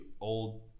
old